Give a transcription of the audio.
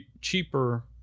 cheaper